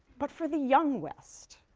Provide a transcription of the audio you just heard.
but for the young west.